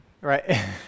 right